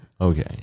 Okay